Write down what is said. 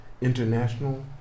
international